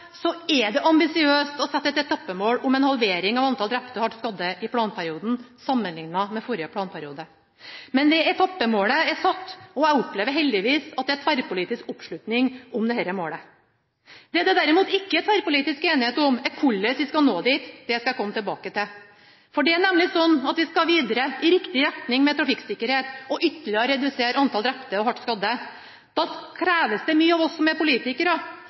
så langt ned i antall drepte og hardt skadde i trafikken som vi har, er det ambisiøst å sette et etappemål om en halvering av antall drepte og hardt skadde i planperioden sammenlignet med forrige planperiode. Men etappemålet er satt, og jeg opplever heldigvis at det er tverrpolitisk oppslutning om dette målet. Det som det derimot ikke er tverrpolitisk enighet om, er hvordan vi skal nå målet. Det skal jeg komme tilbake til. Vi skal nemlig videre i riktig retning når det gjelder trafikksikkerhet, og ytterligere redusere antall drepte og hardt skadde. Da kreves det mye av oss som er politikere.